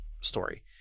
story